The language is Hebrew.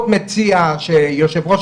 מאוד מציע שיושבי-ראש